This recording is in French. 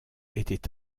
était